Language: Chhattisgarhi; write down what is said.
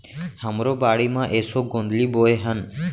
हमरो बाड़ी म एसो गोंदली बोए हन